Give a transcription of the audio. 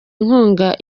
inkunga